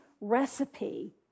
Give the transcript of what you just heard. recipe